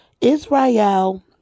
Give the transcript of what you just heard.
Israel